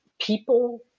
people